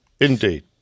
indeed